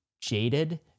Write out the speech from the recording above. jaded